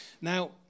Now